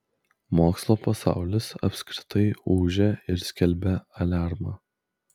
mokslo pasaulis apskritai ūžia ir skelbia aliarmą